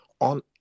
on